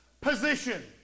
position